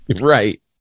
Right